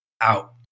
out